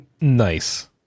Nice